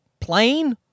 plane